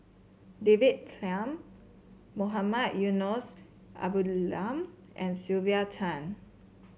David Tham Mohamed Eunos Abdullah and Sylvia Tan